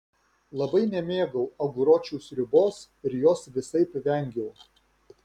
labai nemėgau aguročių sriubos ir jos visaip vengiau